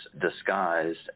disguised